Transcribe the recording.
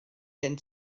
gen